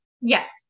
Yes